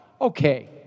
Okay